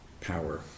power